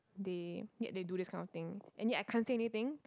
they yet they do this kind of thing and yet I can't say anything